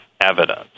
evidence